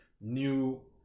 new